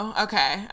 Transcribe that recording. okay